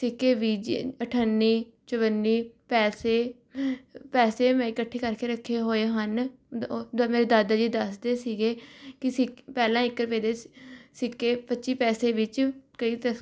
ਸਿੱਕੇ ਵੀ ਅਠੱਨੀ ਚਵੱਨੀ ਪੈਸੇ ਪੈਸੇ ਮੈਂ ਇਕੱਠੇ ਕਰਕੇ ਰੱਖੇ ਹੋਏ ਹਨ ਉਹ ਮੇਰੇ ਦਾਦਾ ਜੀ ਦੱਸਦੇ ਸੀਗੇ ਕਿ ਸਿੱਕੇ ਪਹਿਲਾਂ ਇੱਕ ਰੁਪਏ ਦੇ ਸਿੱਕੇ ਪੱਚੀਂ ਪੈਸੇ ਵਿੱਚ ਕਈ ਤਰ